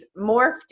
morphed